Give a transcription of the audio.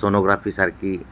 सोनोग्राफीसारखी